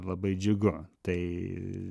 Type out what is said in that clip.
labai džiugu tai